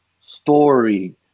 story